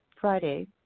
Friday